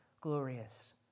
glorious